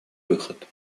выход